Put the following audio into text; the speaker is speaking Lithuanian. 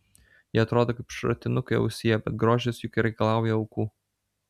jie atrodo kaip šratinukai ausyje bet grožis juk reikalauja aukų